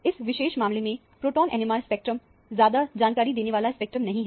इस विशेष मामले में प्रोटोन NMR स्पेक्ट्रम ज्यादा जानकारी देने वाला स्पेक्ट्रम नहीं है